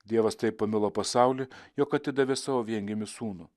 dievas taip pamilo pasaulį jog atidavė savo viengimį sūnų